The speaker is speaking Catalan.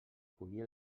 collir